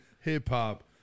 hip-hop